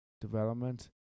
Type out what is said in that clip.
development